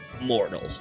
mortal